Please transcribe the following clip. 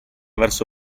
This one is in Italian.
verso